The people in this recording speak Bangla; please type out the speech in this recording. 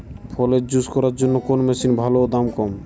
ফলের জুস করার জন্য কোন মেশিন ভালো ও দাম কম?